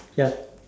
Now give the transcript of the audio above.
ya